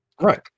Right